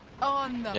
on